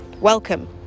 Welcome